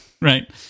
Right